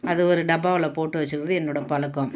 அது ஒரு டப்பாவில் போட்டு வச்சிக்கறது என்னோட பழக்கம்